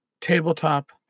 tabletop